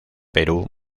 perú